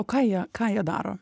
o ką jie ką jie daro